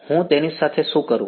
હું તેની સાથે શું કરું